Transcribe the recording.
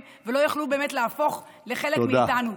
והם לא יוכלו באמת להפוך לחלק מאיתנו.